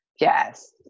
yes